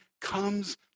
comes